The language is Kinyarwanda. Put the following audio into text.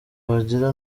bagira